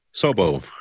Sobo